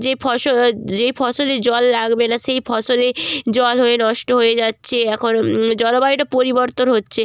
যে ফস যেই ফসলে জল লাগবে না সেই ফসলে জল হয়ে নষ্ট হয় যাচ্ছে এখন জলবায়ুটা পরিবর্তন হচ্ছে